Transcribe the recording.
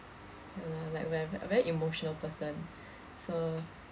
ya lah when I very very emotional person so